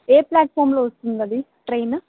ఏ ప్లాట్ఫామ్లో వస్తుంది అది ట్రైన్